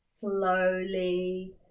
slowly